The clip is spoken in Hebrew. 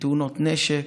בתאונות נשק,